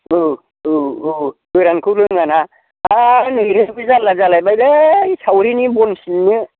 औ औ औ गोरानखौ लोङाना द नैथिंबो जाल्ला जालायबायलै सावरिनि बन सिननो